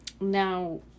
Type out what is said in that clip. now